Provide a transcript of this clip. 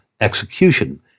execution